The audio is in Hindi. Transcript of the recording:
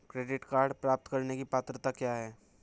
क्रेडिट कार्ड प्राप्त करने की पात्रता क्या है?